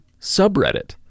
subreddit